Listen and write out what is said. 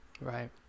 Right